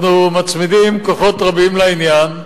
אנחנו מצמידים כוחות רבים לעניין,